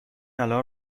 الان